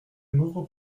n’ouvre